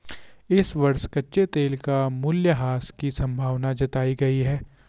इस वर्ष कच्चे तेल का मूल्यह्रास की संभावना जताई गयी है